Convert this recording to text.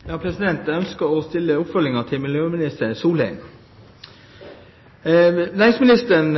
Jeg ønsker å stille oppfølgingsspørsmålet til miljøminister Solheim. Næringsministeren